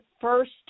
first